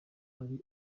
ari